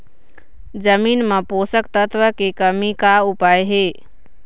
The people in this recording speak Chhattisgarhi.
जमीन म पोषकतत्व के कमी का उपाय हे?